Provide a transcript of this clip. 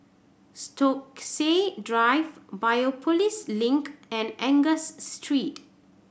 Stokesay Drive Biopolis Link and Angus Street